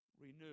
renew